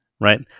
Right